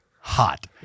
Hot